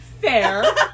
fair